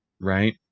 right